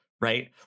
right